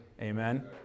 Amen